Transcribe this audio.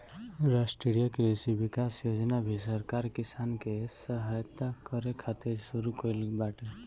राष्ट्रीय कृषि विकास योजना भी सरकार किसान के सहायता करे खातिर शुरू कईले बाटे